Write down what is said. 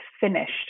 finished